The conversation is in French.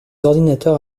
ordinateurs